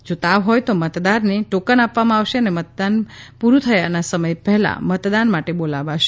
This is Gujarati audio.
જો તાવ હોય તો મતદારને ટોકન આપવામાં આવશે અને મતદાન પૂરું થયાના સમય પહેલાં મતદાન માટે બોલાવાશે